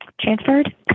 transferred